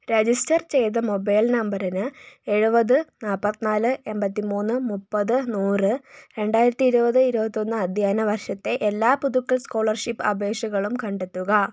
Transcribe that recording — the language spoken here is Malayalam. രജിസ്റ്റർ ചെയ്ത മൊബൈൽ നമ്പറിന് എഴുപത് നാല്പത്ത്നാല് എൺപത്തി മൂന്ന് മുപ്പത് നൂറ് രണ്ടായിരത്തി ഇരുപത് ഇരുപത്തൊന്ന് അധ്യയന വർഷത്തെ എല്ലാ പുതുക്കൽ സ്കോളർഷിപ്പ് അപേക്ഷകളും കണ്ടെത്തുക